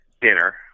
dinner